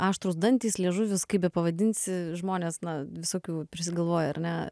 aštrūs dantys liežuvis kaip bepavadinsi žmonės na visokių prisigalvoja ar ne